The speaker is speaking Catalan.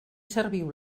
serviu